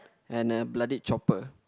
and a bloodied chopper